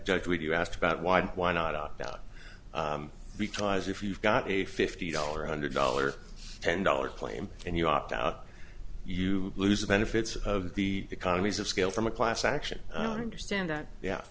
judge would you ask about why why not opt out because if you've got a fifty dollar hundred dollar ten dollar claim and you opt out you lose the benefits of the economies of scale from a class action i don't understand that yeah